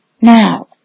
Now